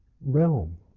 realm